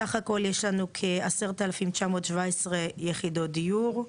סך הכול יש לנו כ-10,536 יחידות דיור.